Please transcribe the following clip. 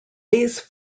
these